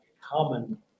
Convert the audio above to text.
common